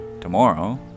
tomorrow